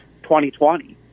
2020